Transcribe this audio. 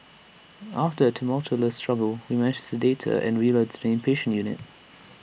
after A tumultuous struggle we managed sedate her and wheel her to inpatient unit